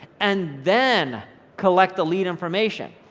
and then collect the lead information,